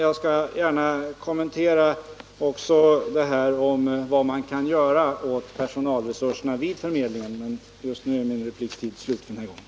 Jag skall också gärna kommentera vad man kan göra åt personalresurserna vid förmedlingarna, men min repliktid är slut för den här gången.